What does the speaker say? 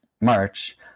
March